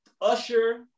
Usher